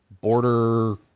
Border